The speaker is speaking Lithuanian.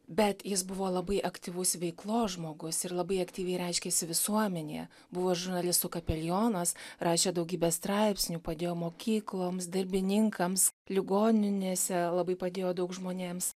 bet jis buvo labai aktyvus veiklos žmogus ir labai aktyviai reiškėsi visuomenėje buvo žurnalistų kapelionas rašė daugybę straipsnių padėjo mokykloms darbininkams ligoninėse labai padėjo daug žmonėms